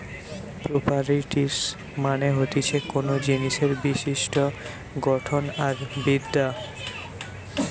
properties মানে হতিছে কোনো জিনিসের বিশিষ্ট গঠন আর বিদ্যা